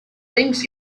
wings